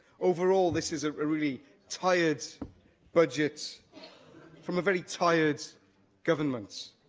overall, this is a really tired budget from a very tired government.